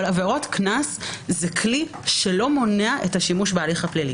עבירות קנס זה כלי שלא מונע את השימוש בהליך הפלילי.